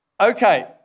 Okay